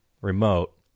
remote